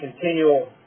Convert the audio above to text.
continual